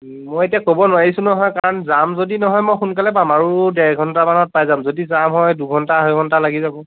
মই এতিয়া ক'ব নোৱাৰিছোঁ নহয় কাৰণ জাম যদি সোনকালে পাম আৰু ডেৰ ঘণ্টামানত পাই যাম যদি জাম হয় দুঘণ্টা আঢ়ৈ ঘণ্টা লাগি যাব